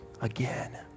again